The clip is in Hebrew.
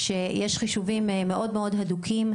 שיש חישובים מאוד מאוד הדוקים,